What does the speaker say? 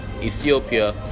ethiopia